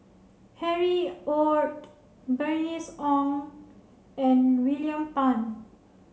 Harry Ord Bernice Wong and William Tan